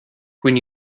when